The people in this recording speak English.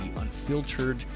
unfiltered